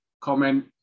comment